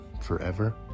forever